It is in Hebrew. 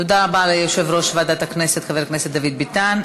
תודה רבה ליושב-ראש ועדת הכנסת חבר הכנסת דוד ביטן.